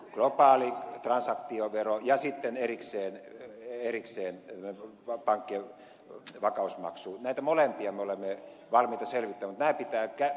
globaalia transaktioveroa ja sitten erikseen pankkien vakausmaksua näitä molempia me olemme valmiita selvittämään